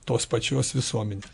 tos pačios visuomenės